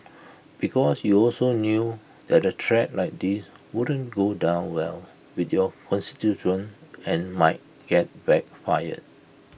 because you also knew that A threat like this wouldn't go down well with your constituents and might get black fire